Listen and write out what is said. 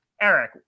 Eric